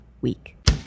week